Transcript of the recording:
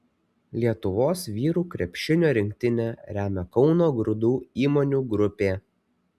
lietuvos vyrų krepšinio rinktinę remia kauno grūdų įmonių grupė